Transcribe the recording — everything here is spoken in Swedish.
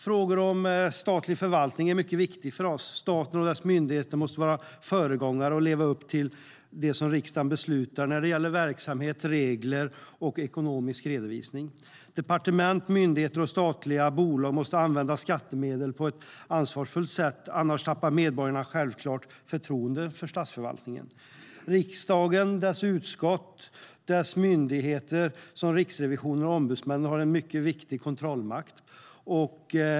Frågor om statlig förvaltning är mycket viktiga för oss. Staten och dess myndigheter måste vara föregångare och leva upp till det som riksdagen beslutar när det gäller verksamhet, regler och ekonomisk redovisning. Departement, myndigheter och statliga bolag måste använda skattemedel på ett ansvarsfullt sätt, annars tappar medborgarna självfallet förtroendet för statsförvaltningen. Riksdagen och dess utskott och myndigheter, såsom Riksrevisionen och ombudsmännen, har en mycket viktig kontrollmakt.